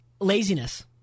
laziness